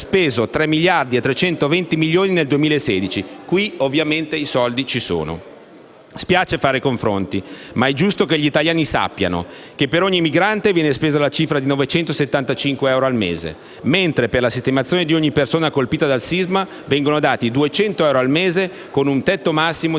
speso 3.320 miliardi nel 2016. Qui ovviamente i soldi ci sono. Spiace fare confronti, ma è giusto che gli italiani sappiano che per ogni migrante viene spesa la cifra di euro 975 euro al mese, mentre per la sistemazione di ogni persona colpita dal sisma vengono dati 200 euro al mese, con un tetto massimo di